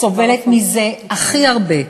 זו בעצם האוכלוסייה, שסובלת מזה הכי הרבה.